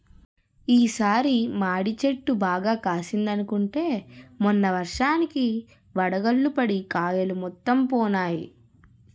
ఈ సారి మాడి చెట్టు బాగా కాసిందనుకుంటే మొన్న వర్షానికి వడగళ్ళు పడి కాయలు మొత్తం పోనాయి